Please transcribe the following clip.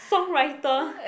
songwriter